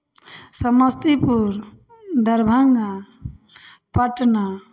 Samastipur Darbhanga Patna